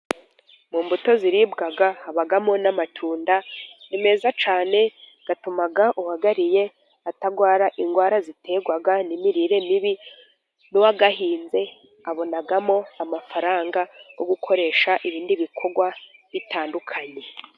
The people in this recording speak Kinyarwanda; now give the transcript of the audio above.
Mu mbuto ziribwa habamo n'amatunda, ni meza cyane atuma uwayariye atarwara indwara, ziterwa n'imirire mibi n'uwayahinze abonamo amafaranga, yo gukoresha ibindi bikorwa bitandukanye.